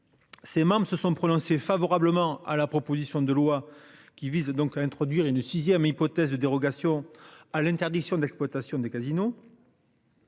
Ses membres se sont prononcés favorablement à la proposition de loi qui vise donc à introduire une 6ème hypothèse de dérogations à l'interdiction d'exploitation des casinos.